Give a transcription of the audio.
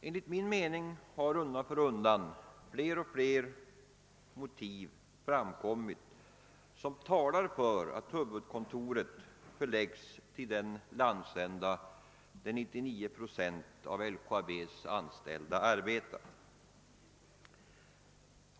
Enligt min mening har undan för undan filer motiv framkommit som talar för att huvudkontoret förläggs till den landsända, där 99 procent av LKAB:s anställda arbetar.